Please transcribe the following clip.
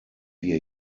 wir